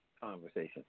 conversation